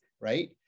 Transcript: right